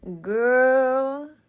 girl